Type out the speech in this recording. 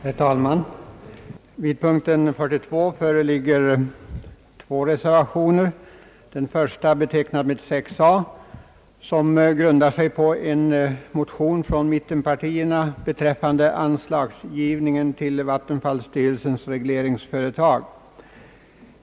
Herr talman! Vid punkten 42 föreligger två reservationer. Den första reservationen, betecknad a, grundar sig på en motion från mittenpartierna beträffande anslagsgivningen till vattenfallsstyrelsens regleringsföretag.